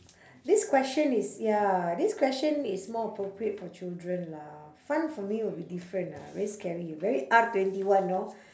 this question is ya this question is more appropriate for children lah fun for me will be different ah very scary very R twenty one know